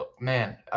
Man